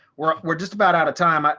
we're we're just about out of time. ah